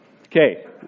Okay